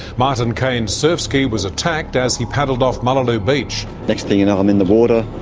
martin kane's surf ski was attacked as he paddled off mullaloo beach. next thing you know i'm in the water,